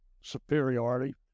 superiority